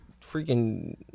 freaking